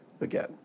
again